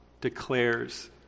declares